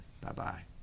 Bye-bye